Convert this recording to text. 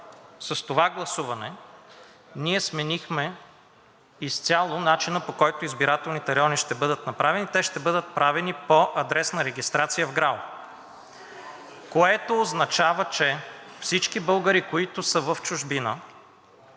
с това гласуване, ние сменихме изцяло начина, по който избирателните райони ще бъдат направени. Те ще бъдат правени по адресна регистрация в ГРАО, което означава, че всички българи, които са в чужбина,